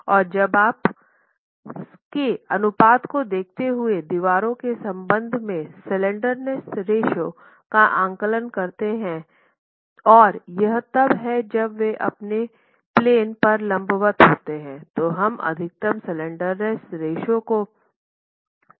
और जब आप जब आप के अनुपात को देखते हुए दीवारों के संबंध में स्लैंडरनेस रेश्यो का आकलन करते हैं और यह तब है जब वे अपने प्लेन पर लंबवत होते हैं तो हम अधिकतम स्लैंडरनेस रेश्यो को 27 तक ला सकते हैं